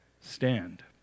Stand